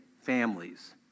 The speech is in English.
families